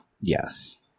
Yes